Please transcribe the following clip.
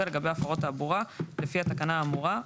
לגבי הפרות תעבורה לפי התקנה האמורה,